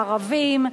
לערבים,